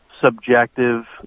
subjective